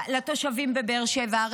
לתושבים בבאר שבע.